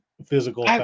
Physical